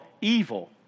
evil